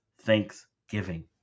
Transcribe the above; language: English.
thanksgiving